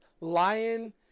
lion